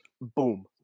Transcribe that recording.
boom